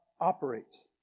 operates